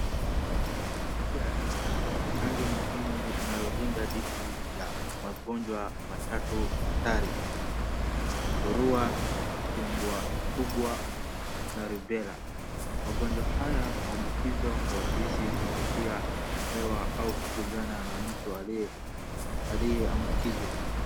Chanjo ya MMR ni chanjo muhimu inayolinda dhidi ya magonjwa matatu hatari. Surua, matumbwitumbwi na rubela. Magonjwa haya huambukizwa kwa urahisi kutumia hewa au kuguzana na mtu aliyeambukizwa.